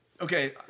okay